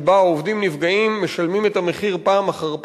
שבה העובדים נפגעים, משלמים את המחיר פעם אחר פעם,